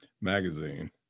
magazine